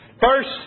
First